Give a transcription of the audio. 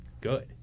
good